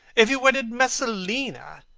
if he wedded messalina,